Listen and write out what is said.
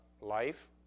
life